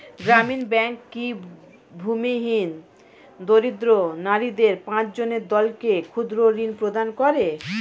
গ্রামীণ ব্যাংক কি ভূমিহীন দরিদ্র নারীদের পাঁচজনের দলকে ক্ষুদ্রঋণ প্রদান করে?